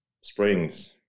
Springs